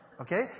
okay